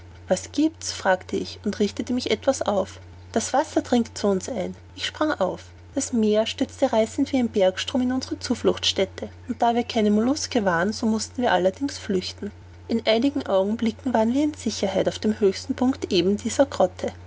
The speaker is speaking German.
was giebt's fragte ich und richtete mich etwas auf das wasser dringt auf uns ein ich sprang auf das meer stürzte reißend wie ein bergstrom in unsere zufluchtsstätte und da wir keine molluske waren so mußten wir allerdings flüchten in einigen augenblicken waren wir in sicherheit auf dem höchsten punkt eben dieser grotte